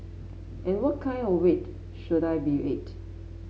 and what kind of weight should I be at